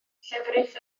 llefrith